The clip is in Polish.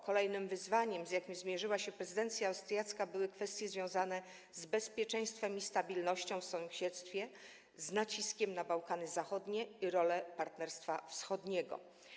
Kolejnym wyzwaniem, z jakim zmierzyła się prezydencja austriacka, były kwestie związane z bezpieczeństwem i stabilnością w sąsiedztwie z naciskiem na Bałkany Zachodnie i rolę Partnerstwa Wschodniego.